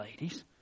ladies